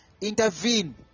intervene